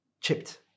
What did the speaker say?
chipped